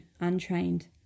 untrained